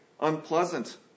unpleasant